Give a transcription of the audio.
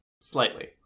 Slightly